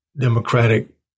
Democratic